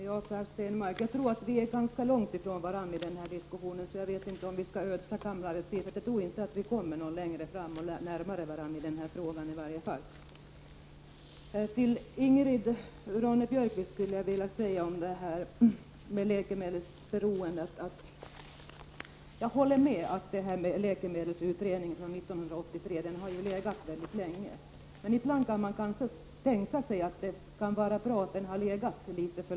Herr talman! Jag tror att Per Stenmarck och jag står ganska långt från varandra i den här diskussionen. Därför är det kanske inte värt att ödsla bort mer av kammarens tid. Jag tror alltså inte att vi kan komma varandra när «mare i den här frågan. Till Ingrid Ronne-Björkqvist skulle jag vilja säga följande beträffande läkemedelsberoendet. Jag håller med om att läkemedelsutredningens förslag från 1983 så att säga har legat väldigt länge. Men ibland är det bra att det blir så.